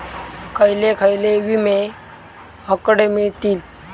खयले खयले विमे हकडे मिळतीत?